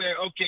Okay